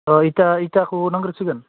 अ इथा इथाखौ नांग्रोसिगोन